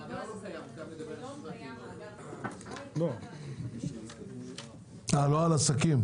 כיום קיים מאגר אשראי רק על --- לא על עסקים.